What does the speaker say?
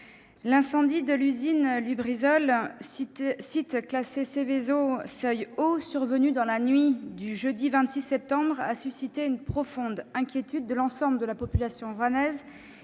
l'incendie de l'usine Lubrizol, site classé Seveso seuil haut, survenu dans la nuit du jeudi 26 septembre dernier, a suscité une profonde inquiétude dans l'ensemble de la population rouennaise